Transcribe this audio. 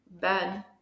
bad